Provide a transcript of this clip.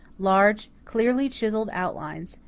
large, clearly-chiselled outlines,